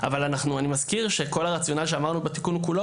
זה מינוח שנכנס בתיקון המקורי.